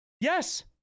yes